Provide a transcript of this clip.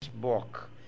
book